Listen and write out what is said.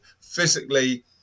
physically